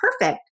perfect